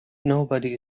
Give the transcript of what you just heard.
nobody